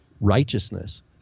righteousness